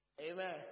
amen